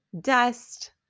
dust